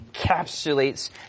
encapsulates